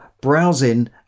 browsing